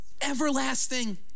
Everlasting